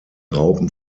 raupen